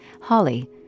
Holly